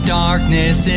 darkness